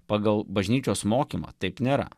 pagal bažnyčios mokymą taip nėra